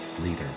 leader